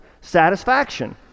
satisfaction